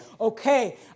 okay